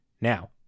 Now